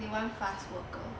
they want fast worker